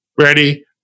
ready